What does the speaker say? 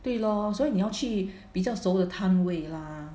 对 lor 所以你要去比较熟的摊位 lah